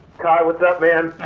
kai, what's up man?